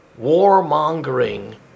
warmongering